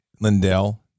Lindell